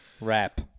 rap